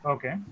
Okay